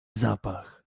zapach